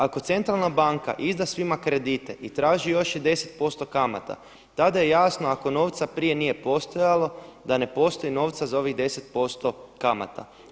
Ako centralna banka izda svima kredite i traži još i 10% kamata tada je jasno ako novca prije nije postojalo da ne postoji novca za ovih 10% kamata.